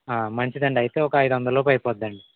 ఆ మంచిదండి అయితే ఒక ఐదువందలలోపు అయిపోతుందండి